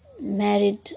married